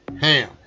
ham